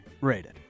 rated